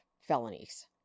felonies